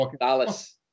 Dallas